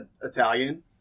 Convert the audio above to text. Italian